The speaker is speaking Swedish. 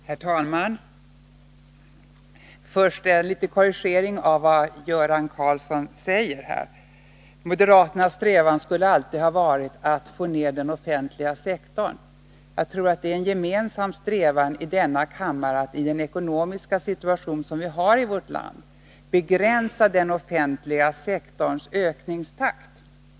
Herr talman! Först en liten korrigering av vad Göran Karlsson sade. Moderaternas strävan skulle enligt honom alltid ha varit att få ned den offentliga sektorn. Men jag tror att det är en gemensam strävan här i kammaren att i den ekonomiska situation som vi har i vårt land begränsa den offentliga sektorns ökningstakt.